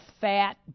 fat